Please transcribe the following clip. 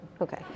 Okay